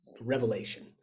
revelation